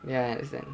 ya I understand